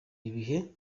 n’ibihe